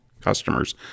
customers